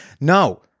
No